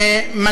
השר כחלון,